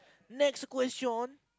next question